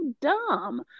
dumb